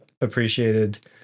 appreciated